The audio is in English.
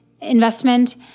investment